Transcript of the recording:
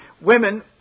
Women